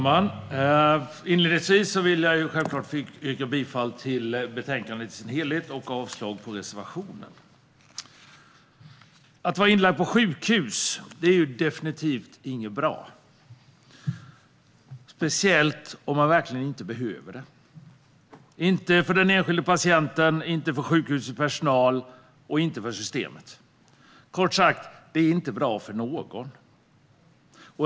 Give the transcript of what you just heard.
Fru talman! Jag vill självklart yrka bifall till utskottets förslag i betänkandet i sin helhet och avslag på reservationen. Att vara inlagd på sjukhus är definitivt inte bra, speciellt om man inte behöver det. Det är inte bra för den enskilda patienten, inte för sjukhusets personal och inte för systemet. Det är kort sagt inte bra för någon.